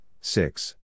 six